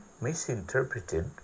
misinterpreted